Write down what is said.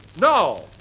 No